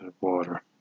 water